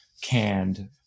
canned